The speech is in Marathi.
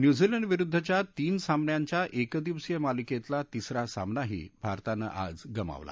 न्यूझीलंडविरुद्धच्या तीन सामन्यांच्या एकदिवसीय मालिकेतला तिसरा सामनाही भारतानं आज गमावला